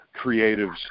creatives